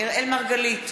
אראל מרגלית,